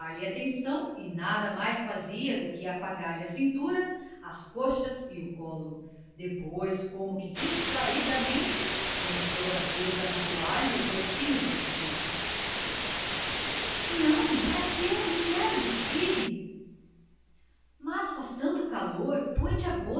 atenção e nada mais fazia do que afagar lhe a cintura as coxas e o colo depois como que distraidamente começou a desabotoar lhe o corpinho do vestido não para quê não quero despir me mas faz tanto calor põe te